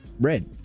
red